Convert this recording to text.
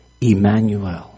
Emmanuel